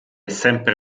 sempre